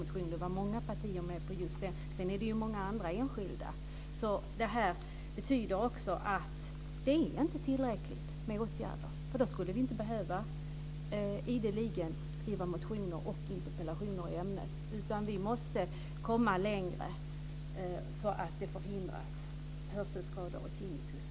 Det var många partier som var med på just den. Sedan är det ju många andra enskilda motioner. Det här betyder också att det inte är tillräckligt med åtgärder, för då skulle vi inte ideligen behöva skriva motioner och interpellationer i ämnet. Vi måste komma längre så att hörselskador och tinnitus förhindras.